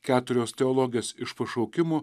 keturios teologės iš pašaukimo